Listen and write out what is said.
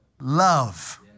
love